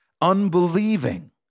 Unbelieving